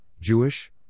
Jewish